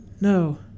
no